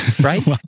right